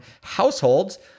households